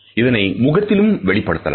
இதனை முகத்திலும் வெளிப்படுத்தலாம்